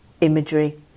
imagery